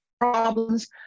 problems